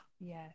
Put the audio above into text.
yes